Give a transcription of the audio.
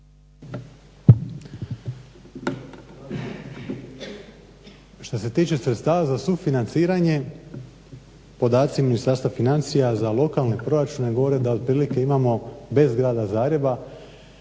Šta se tiče sredstava za financiranje podaci Ministarstva financija za lokalne proračune govore da otprilike imamo bez grada Zagreba